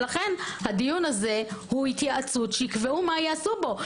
לכן הדיון הזה הוא התייעצות שיקבעו מה יעשו בו.